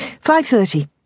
Five-thirty